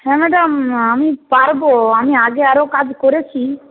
হ্যাঁ ম্যাডাম আমি পারব আমি আগে আরও কাজ করেছি